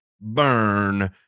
Burn